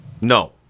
No